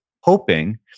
hoping